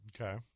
Okay